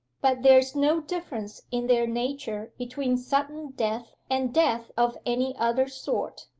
but there's no difference in their nature between sudden death and death of any other sort.